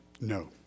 No